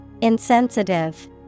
Insensitive